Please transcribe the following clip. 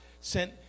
sent